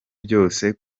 byose